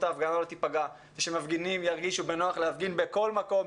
ההפגנה לא תיפגע ושמפגינים ירגישו בנוח להפגין בכל מקום,